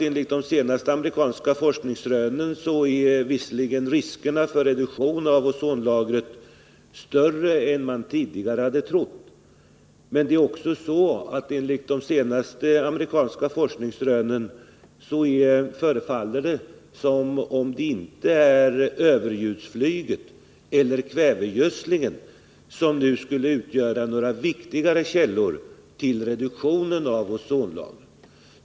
Enligt de senaste amerikanska forskningsrönen är visserligen riskerna för reduktion av ozonlagret större än man tidigare hade trott, men enligt samma forskningsrön förefaller det som om det inte är överljudsflyget eller kvävegödslingen som nu skulle utgöra några viktiga källor till reduktionen av ozonlagret.